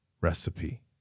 recipe